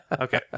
Okay